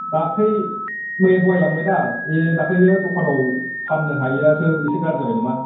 दाख्लै मैया दहाय लांबाय ना ए दाख्लैयो दखानाव फाननो हायैयासो एसे गाज्रि जाबाय नामा